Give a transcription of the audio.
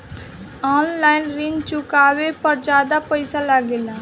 आन line ऋण चुकावे पर ज्यादा पईसा लगेला?